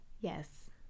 yes